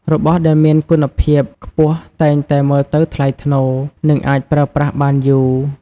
របស់ដែលមានគុណភាពខ្ពស់តែងតែមើលទៅថ្លៃថ្នូរ និងអាចប្រើប្រាស់បានយូរ។